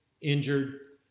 injured